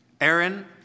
Aaron